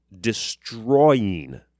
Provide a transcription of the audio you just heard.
destroying